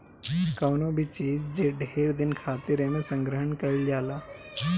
कवनो भी चीज जे ढेर दिन खातिर एमे संग्रहण कइल जाला